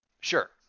Sure